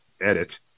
edit